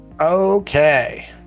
Okay